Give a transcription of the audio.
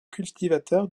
cultivateurs